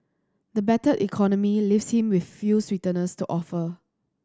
the battered economy leaves him with few sweeteners to offer